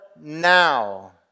now